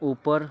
ऊपर